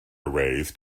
arrays